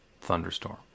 thunderstorm